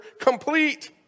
complete